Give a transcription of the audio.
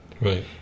Right